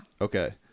Okay